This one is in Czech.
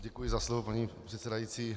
Děkuji za slovo, paní předsedající.